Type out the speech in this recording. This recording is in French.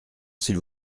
s’il